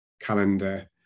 calendar